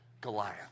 Goliath